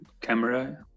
Camera